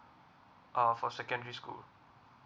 uh for secondary school